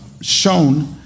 shown